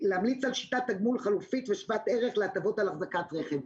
ולהמליץ על שיטת תגמול חלופית ושוות ערך להטבות על אחזקת רכב.